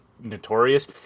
notorious